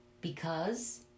Because